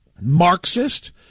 marxist